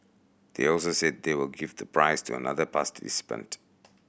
they also said they will give the prize to another